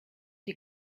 die